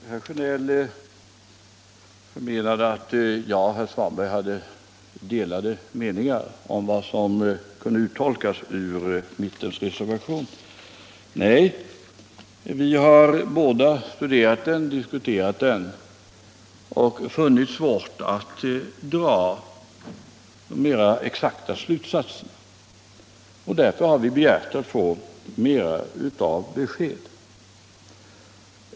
Herr talman! Herr Sjönell menade att jag och herr Svanberg hade delade meningar om vad som kunde uttolkas ur mittens reservation. Nej, det har vi inte. Vi har båda studerat den, diskuterat den och funnit det svårt att dra några mer exakta slutsatser av den, och därför har vi begärt att få ytterligare besked.